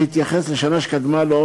והתייחס לשנה שקדמה לו,